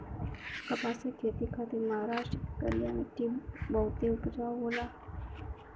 कपास के खेती खातिर महाराष्ट्र के करिया मट्टी बहुते उपजाऊ होला